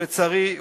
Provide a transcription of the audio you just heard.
ולצערי,